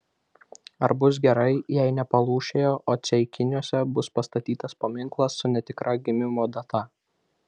ar bus gerai jei ne palūšėje o ceikiniuose bus pastatytas paminklas su netikra gimimo data